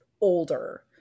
older